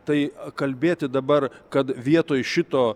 tai kalbėti dabar kad vietoj šito